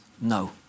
no